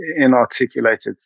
inarticulated